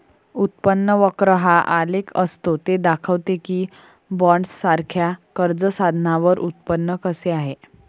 उत्पन्न वक्र हा आलेख असतो ते दाखवते की बॉण्ड्ससारख्या कर्ज साधनांवर उत्पन्न कसे आहे